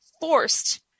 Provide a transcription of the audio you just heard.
forced